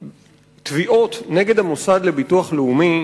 תביעות נגד המוסד לביטוח לאומי